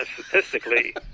statistically